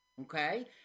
Okay